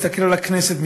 מסתכל על הכנסת,